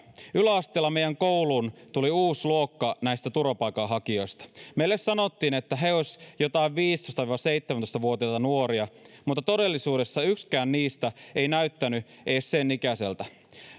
yläasteella meiän kouluun tuli uus luokka näistä turvapaikanhakijoista meille sanottiin että he ois jotain viisitoista viiva seitsemäntoista vuotiaita nuoria mutta todellisuudessa ykskään niistä ei näyttäny ees sen ikäseltä